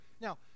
Now